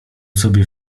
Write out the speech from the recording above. sobie